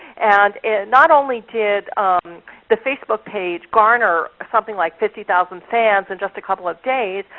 and not only did the facebook page garner something like fifty thousand fans in just a couple of days,